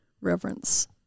reverence